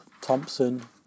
Thompson